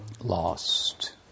lost